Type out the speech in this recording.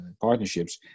partnerships